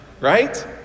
right